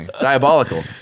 Diabolical